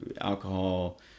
alcohol